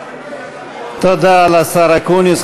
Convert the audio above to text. תודה לשר אקוניס.